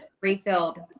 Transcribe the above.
Refilled